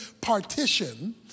partition